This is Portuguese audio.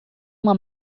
uma